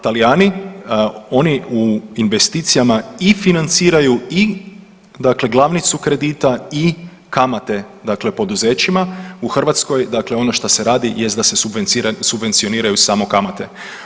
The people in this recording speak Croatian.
Talijani, oni u investicijama i financiraju i dakle glavnicu kredita i kamate dakle poduzećima, u Hrvatskoj dakle ono šta se radi jest da se subvencioniraju samo kamate.